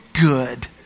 good